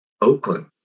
Oakland